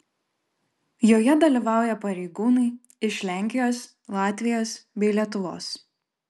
joje dalyvauja pareigūnai iš lenkijos latvijos bei lietuvos